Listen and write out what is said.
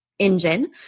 engine